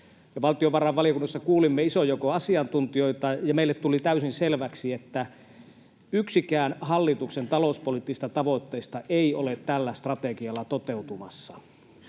Valtiovarainvaliokunnassa kuulimme ison joukon asiantuntijoita, ja meille tuli täysin selväksi, että yksikään hallituksen talouspoliittisista tavoitteista ei ole tällä strategialla toteutumassa.